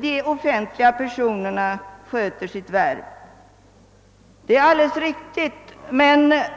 de offentliga personerna sköter sitt värv, och det är helt på sin plats.